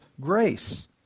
grace